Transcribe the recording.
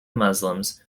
muslims